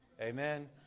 Amen